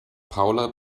paula